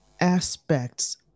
aspects